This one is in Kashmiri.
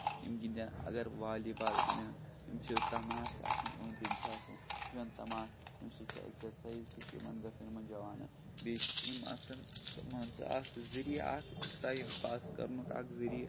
یِم گندن اَگر والی بال گِندن یِم چھِ تَماشہٕ آسان أندۍ أندۍ چھِ آسان وٕچھان تَماشہٕ تَمہِ سۭتۍ چھِ اٮ۪کزرسایز تہِ چھِ یِمن گژھان یِمن جَوانن بیٚیہِ چھِ یِم آسان مان ژٕ اکھ ذریعہ اکہ ٹایم پاس کرنُک اکھ ذریعہ